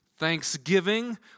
thanksgiving